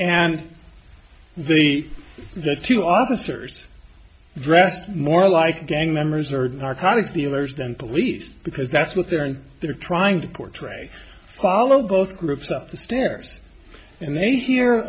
and the two officers dressed more like gang members or narcotics dealers and police because that's what they're in they're trying to portray follow both groups up the stairs and they he